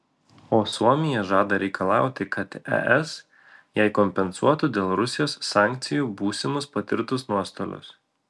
o suomija žada reikalauti kad es jai kompensuotų dėl rusijos sankcijų būsimus patirtus nuostolius